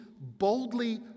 boldly